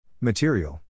Material